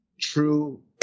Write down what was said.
true